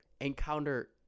encounter